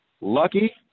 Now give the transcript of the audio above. Lucky